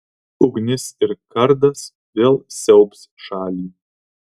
ugnis ir kardas vėl siaubs šalį